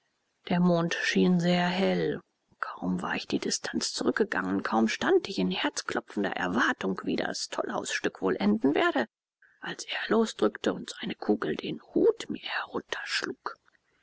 der mond schien sehr hell kaum war ich die distanz zurückgegangen kaum stand ich in herzklopfender erwartung wie das tollhausstück wohl enden werde als er losdrückte und seine kugel den hut mir